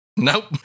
Nope